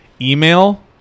email